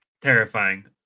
Terrifying